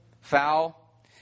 foul